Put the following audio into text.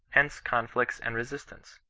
henco conflicts and resistance.